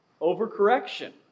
overcorrection